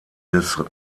des